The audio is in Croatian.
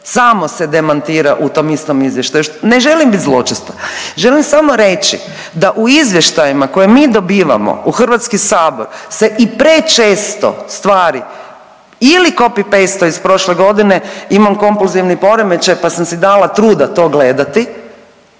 samo se demantira u tom istom izvještaju. Ne želim bit zločesta. Želim samo reći da u izvještajima koje mi dobivamo u Hrvatski sabor se i prečesto stvari ili copy pastaju iz prošle godine. Imam kompulzivni poremećaj pa sam si dala truda to gledati.